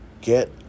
get